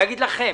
לומר לכם.